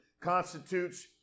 constitutes